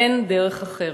אין דרך אחרת.